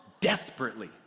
desperately